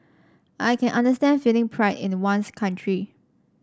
I can understand feeling pride in the one's country